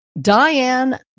Diane